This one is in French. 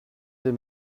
des